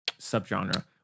subgenre